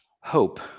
hope